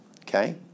Okay